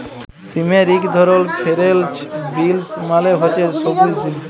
সিমের ইক ধরল ফেরেল্চ বিলস মালে হছে সব্যুজ সিম